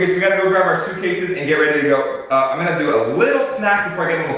we gotta go grab out suit cases and get ready to go. i'm gonna do a little snack before